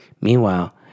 Meanwhile